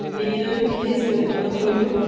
नेईं तां में केस करुनां थुआढ़े उप्पर